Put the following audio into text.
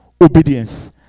Obedience